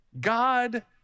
God